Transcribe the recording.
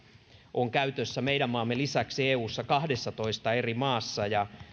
on käytössä meidän maamme lisäksi eussa kaksitoista eri maassa ja